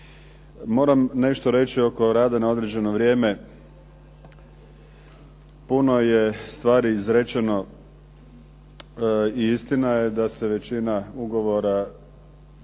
Moram nešto reći oko rada na određeno vrijeme. Puno je stvari izrečeno i istina je da se većina ugovora